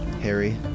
harry